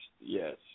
yes